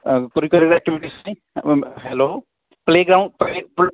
curricular activities ਨੇ hello playground